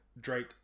Drake